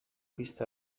pista